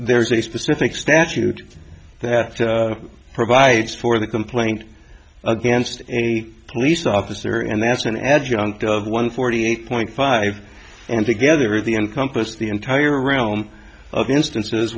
there's a specific statute that provides for the complaint against a police officer and that's an adjunct of one forty eight point five and together the encompass the entire realm of instances